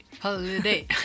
Holiday